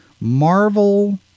Marvel